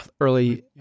early